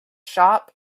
shop